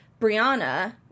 Brianna